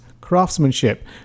craftsmanship